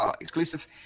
exclusive